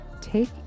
take